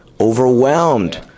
Overwhelmed